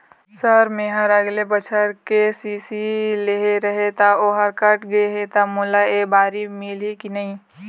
Sir मेहर अगले बछर के.सी.सी लेहे रहें ता ओहर कट गे हे ता मोला एबारी मिलही की नहीं?